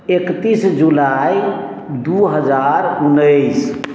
एकतीस जुलाई दू हजार उन्नैस